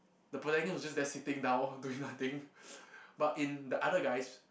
the protagonist was just sitting down doing nothing but in the other guys